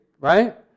right